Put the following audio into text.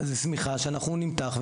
זו שמיכה שאנחנו נמתח,